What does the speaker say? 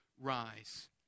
rise